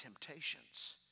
temptations